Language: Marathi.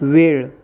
वेळ